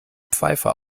pfeife